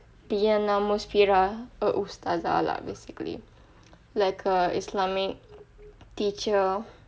diyanah musfirah an ustazah lah basically like a islamic teacher